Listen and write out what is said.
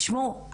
תשמעו,